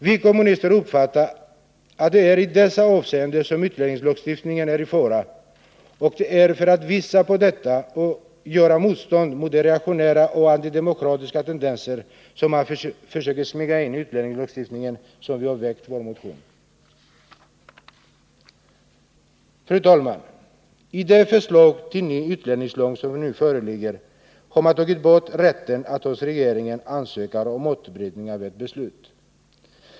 Vi kommunister uppfattar att det är i dessa avseenden som utlänningslagstiftningen är i fara, och det är för att visa på detta och göra motstånd mot de reaktionära och antidemokratiska tendenser man försöker smyga in i utlänningslagstiftningen som vi har väckt vår motion. Fru talman! I det förslag till ny utlänningslag som nu föreligger har man tagit bort rätten att hos regeringen ansöka om återbrytning av ett beslut.